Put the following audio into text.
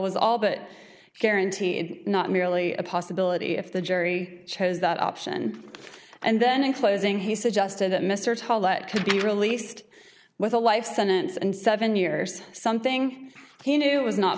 was all but guaranteed not merely a possibility if the jury chose that option and then in closing he suggested that mr hall that could be released with a life sentence and seven years something he knew was not